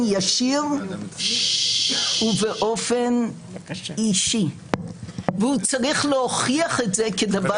ישיר ובאופן אישי והוא צריך להוכיח את זה כדבר